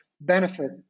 benefit